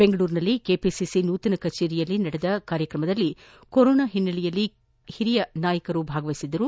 ಬೆಂಗಳೂರಿನಲ್ಲಿ ಕೆಪಿಸಿ ನೂತನ ಕಚೇರಿಯಲ್ಲಿ ನಡೆದ ಕಾರ್ಯಕ್ರಮದಲ್ಲಿ ಕೊರೋನಾ ಹಿನ್ನೆಲೆಯಲ್ಲಿ ಹಿರಿಯ ನಾಯಕರು ಭಾಗವಹಿಸಿದ್ದರು